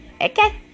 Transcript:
Okay